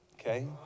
okay